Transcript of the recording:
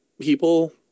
people